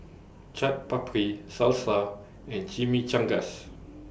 Chaat Papri Salsa and Chimichangas